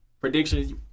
Predictions